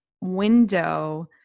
window